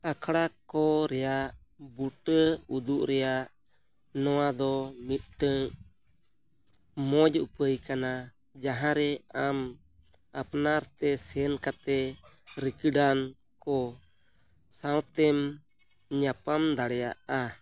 ᱟᱠᱷᱲᱟ ᱠᱚ ᱨᱮᱭᱟᱜ ᱵᱩᱴᱟᱹ ᱩᱫᱩᱜ ᱨᱮᱭᱟᱜ ᱱᱚᱣᱟᱫᱚ ᱢᱤᱫᱴᱟᱱ ᱢᱚᱡᱽ ᱩᱯᱟᱹᱭ ᱠᱟᱱᱟ ᱡᱟᱦᱟᱨᱮ ᱟᱢ ᱟᱯᱱᱟᱨᱛᱮ ᱥᱮᱱ ᱠᱟᱛᱮᱫ ᱨᱤᱠᱤᱲᱟᱱ ᱠᱚ ᱥᱟᱶᱛᱮᱢ ᱧᱟᱯᱟᱢ ᱫᱟᱲᱮᱭᱟᱜᱼᱟ